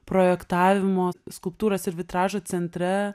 projektavimo skulptūras ir vitražo centre